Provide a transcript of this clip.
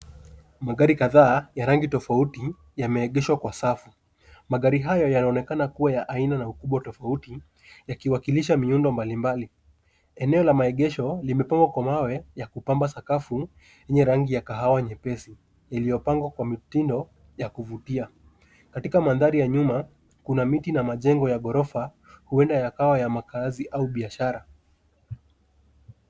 Magari kadhaa ya rangi tofauti yameegeshwa kwa safu. Magari haya yanaonekana kuwa ya aina na ukubwa tofauti yakiwakilisha miundo mbalimbali. Eneo la maegesho limepangwa kwa mawe ya kupamba sakafu yenye rangi ya kahawa nyepesi iliyopangwa kwa mitindo ya kuvutia. Katika mandhari ya nyuma kuna miti na majengo ya ghorofa huenda yakawa makazi au biashara.